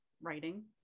writing